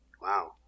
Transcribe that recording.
wow